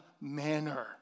manner